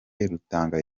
rutanga